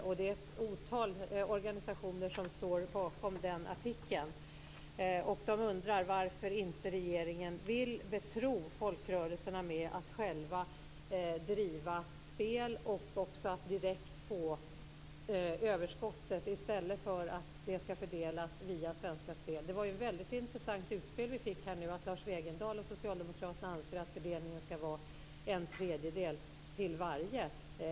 Det är ett otal organisationer som står bakom den artikeln. De undrar varför inte regeringen vill betro folkrörelserna med att själva driva spel och också med att direkt få överskottet i stället för att det skall fördelas via Det var ett väldigt intressant utspel vi fick här. Lars Wegendal och socialdemokraterna anser att fördelningen skall vara en tredjedel till var och en.